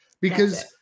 because-